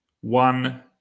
one